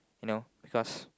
you know because